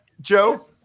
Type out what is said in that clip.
Joe